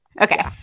Okay